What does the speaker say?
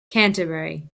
canterbury